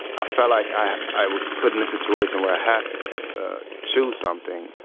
ah felt like i was put in a situation where i had to choose something.